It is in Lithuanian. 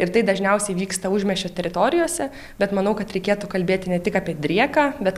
ir tai dažniausiai vyksta užmiesčio teritorijose bet manau kad reikėtų kalbėti ne tik apie drieką bet